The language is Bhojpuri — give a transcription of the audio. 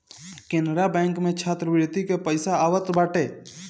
केनरा बैंक में छात्रवृत्ति के पईसा आवत बाटे